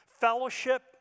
Fellowship